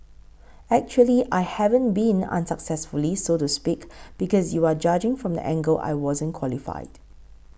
actually I haven't been unsuccessfully so to speak because you are judging from the angle I wasn't qualified